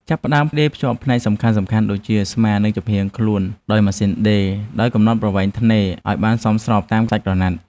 ចាប់ផ្ដើមដេរភ្ជាប់ផ្នែកសំខាន់ៗដូចជា ស្មា និងចំហៀងខ្លួនដោយប្រើម៉ាស៊ីនដេរ ដោយកំណត់ប្រវែងថ្នេរដេរឱ្យបានសមស្របតាមសាច់ក្រណាត់។